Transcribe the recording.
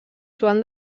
joan